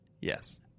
yes